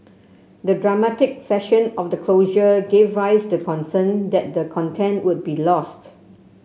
the dramatic fashion of the closure gave rise to the concern that the content would be lost